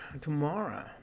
tomorrow